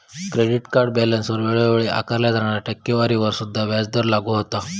credit card बॅलन्सवर वेळोवेळी आकारल्यो जाणाऱ्या टक्केवारीवर सुद्धा व्याजदर लागू होता